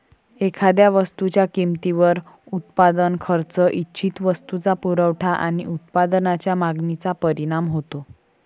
एखाद्या वस्तूच्या किमतीवर उत्पादन खर्च, इच्छित वस्तूचा पुरवठा आणि उत्पादनाच्या मागणीचा परिणाम होतो